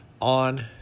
on